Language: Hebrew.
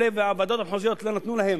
והוועדות המחוזיות לא נתנו להם,